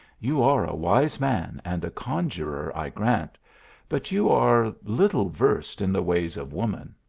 you are a wise man and a conjuror, i grant but you are little versed in the ways of woman.